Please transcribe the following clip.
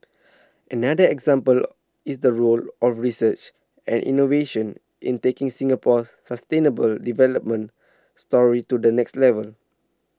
another example is the role of research and innovation in taking Singapore's sustainable development story to the next level